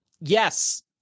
Yes